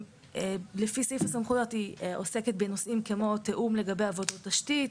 לפי סעיף הסמכויות היא עוסקת בנושאים כמו תיאום לגבי עבודות שתית,